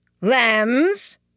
Lambs